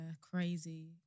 crazy